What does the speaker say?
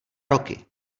roky